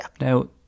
Now